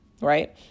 right